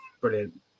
brilliant